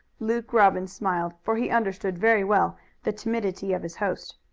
luke robbins smiled, for he understood very well the timidity of his host.